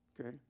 Okay